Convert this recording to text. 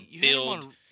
build